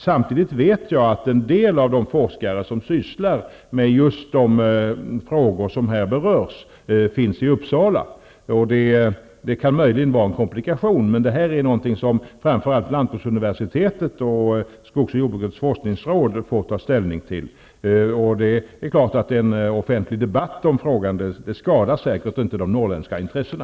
Samtidigt vet jag att en del av de forskare som sysslar med de frågor som här berörs finns i Uppsala. Det kan möjligen vara en komplikation. Det är någonting som framför allt lantbruksuniversitetet och skogsoch jordbrukets forskningsråd får ta ställning till. En offentlig debatt om frågan skadar säkert inte de norrländska intressena.